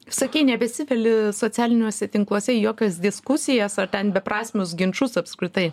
sakei nebesiveli socialiniuose tinkluose į jokias diskusijas ar ten beprasmius ginčus apskritai